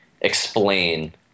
explain